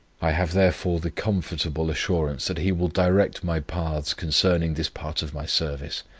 i have therefore the comfortable assurance that he will direct my paths concerning this part of my service,